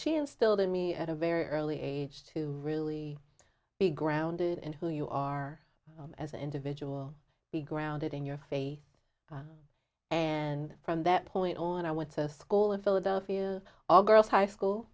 she instilled in me at a very early age to really be grounded in who you are as an individual be grounded in your faith and from that point on i went to school in philadelphia all girls high school